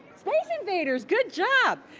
space invaders. good job!